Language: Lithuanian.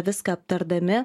viską aptardami